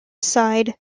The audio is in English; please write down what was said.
side